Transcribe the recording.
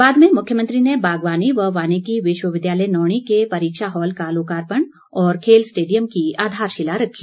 बाद में मुख्यमंत्री ने बागवानी व वानिकी विश्वविद्यालय नौणी के परीक्षा हॉल का लोकार्पण और खेल स्टेडियम की आधारशिला रखी